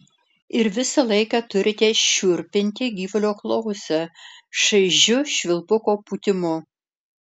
ir visą laiką turite šiurpinti gyvulio klausą šaižiu švilpuko pūtimu